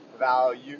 value